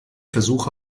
versuche